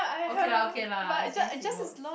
okay lah okay lah I guess it works